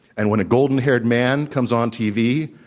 and when a golden-haired man comes on tv,